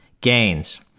gains